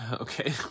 Okay